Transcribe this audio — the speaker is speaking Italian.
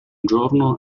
giorno